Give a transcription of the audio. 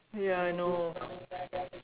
ya I know